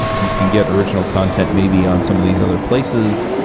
you can get original content maybe on some of these other places.